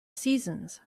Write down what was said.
seasons